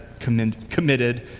committed